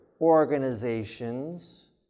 organizations